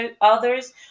others